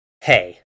hey